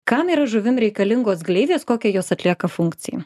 kam yra žuvim reikalingos gleivės kokią jos atlieka funkciją